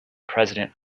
president